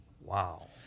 Wow